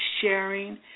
sharing